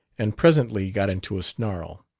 and presently got into a snarl.